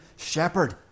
shepherd